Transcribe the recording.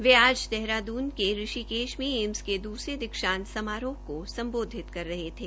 वे आज देहरादून के ऋषिकेश में एम्स के दूसरे दीक्षांत समारोह को संबोधित कर रहे थे